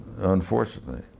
unfortunately